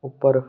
ਉੱਪਰ